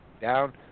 down